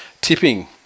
Tipping